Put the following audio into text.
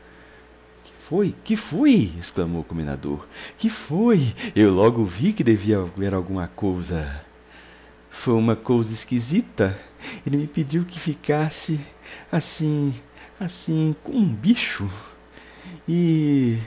que foi que foi exclamou o comendador que foi eu logo vi que devia haver alguma cousa foi uma cousa esquisita ele me pediu que ficasse assim assim como um bicho e